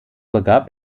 begab